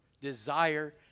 desire